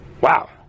Wow